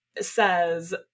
says